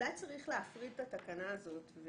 אולי צריך להפריד את התקנה הזאת.